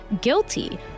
guilty